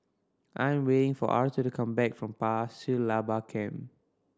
I am waiting for Arther to come back from Pasir Laba Camp